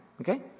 Okay